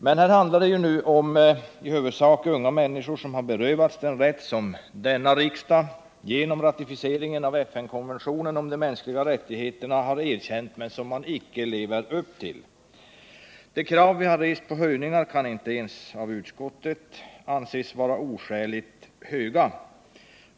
Men här handlar det om i huvudsak unga människor som har berövats den rätt som denna riksdag genom ratificeringen av FN-konventionen om de mänskliga rättigheterna har erkänt men som man icke lever upp till. De krav vi har rest på höjningar kan inte ens av utskottet anses vara oskäligt höga.